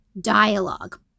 dialogue